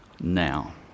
now